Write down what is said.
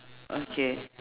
okay